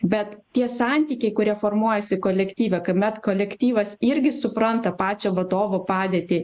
bet tie santykiai kurie formuojasi kolektyve kuomet kolektyvas irgi supranta pačią vadovo padėtį